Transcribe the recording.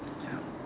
ya